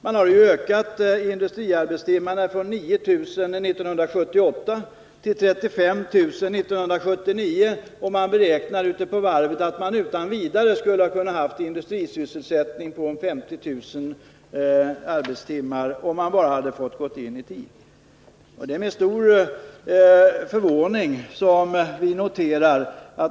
Man har ökat industriarbetstimmarna från 9 000 år 1978 till 35 000 år 1979, och varvet beräknar att man utan vidare skulle kunnat ha en industrisysselsättning på ca 50 000 arbetstimmar om man bara fått gå in i tid.